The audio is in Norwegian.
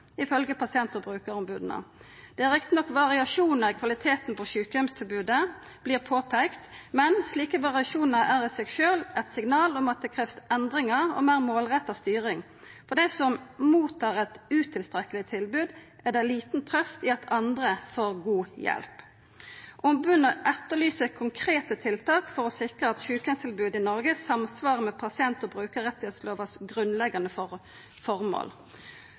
pasient- og brukaromboda sette til side. Det er riktignok variasjonar i kvaliteten på sjukeheimstilbodet, vert det påpeikt, men slike variasjonar er i seg sjølv eit signal om at det krevst endringar og ei meir målretta styring. For dei som mottar eit utilstrekkeleg tilbod, er det lita trøyst i at andre får god hjelp. Omboda etterlyser konkrete tiltak for å sikra at sjukeheimstilbodet i Noreg samsvarer med pasient- og brukarrettslovas grunnleggjande